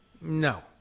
No